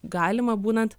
galima būnant